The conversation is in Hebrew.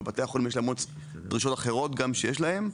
ובתי החולים יש להם גם המון דרישות אחרות שיש להם,